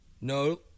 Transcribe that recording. no